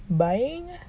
buying